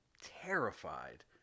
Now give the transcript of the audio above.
terrified